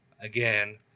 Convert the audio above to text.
again